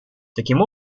таким